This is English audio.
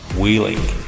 wheeling